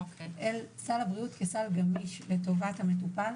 לסל הבריאות כסל גמיש לטובת המטופל.